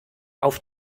auf